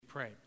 pray